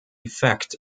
effect